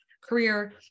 career